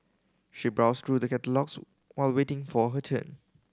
she browsed through the catalogues while waiting for her turn